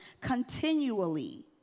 continually